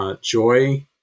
joy